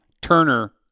Turner